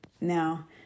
Now